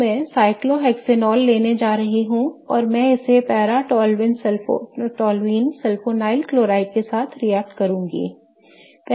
तो मैं cyclohexanol लेने जा रहा हूं और मैं इसे पैरा टोल्यूनि सल्फोनी क्लोराइड के साथ रिएक्ट करूंगा